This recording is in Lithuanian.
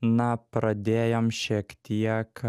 na pradėjom šiek tiek